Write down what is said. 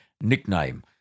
nickname